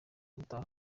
gutaha